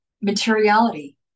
materiality